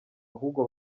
ahubwo